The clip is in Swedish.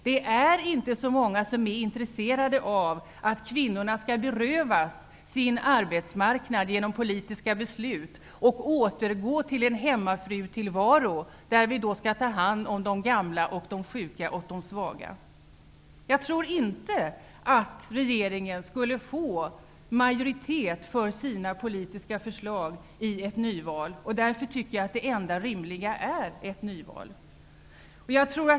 Det är inte så många som är intresserade av att kvinnorna skall berövas sin arbetsmarknad genom politiska beslut och återgå till en hemmafrutillvaro, där vi skall ta hand om de gamla, de sjuka och de svaga. Jag tror inte att regeringen skulle få majoritet för sina politiska förslag i ett nyval. Därför är ett nyval det enda rimliga.